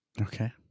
Okay